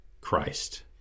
Christ